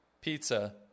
pizza